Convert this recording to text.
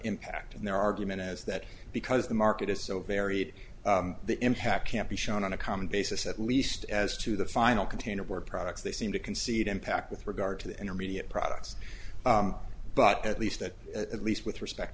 impact and their argument is that because the market is so varied the impact can't be shown on a common basis at least as to the final container where products they seem to concede impact with regard to the intermediate products but at least that at least with respect